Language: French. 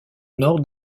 nord